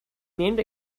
named